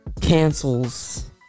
cancels